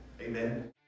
Amen